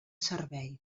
servei